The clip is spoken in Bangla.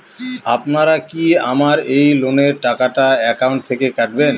আপনারা কি আমার এই লোনের টাকাটা একাউন্ট থেকে কাটবেন?